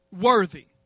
Worthy